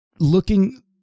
Looking